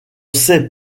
sait